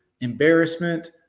embarrassment